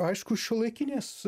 aišku šiuolaikinės